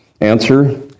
Answer